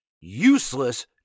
useless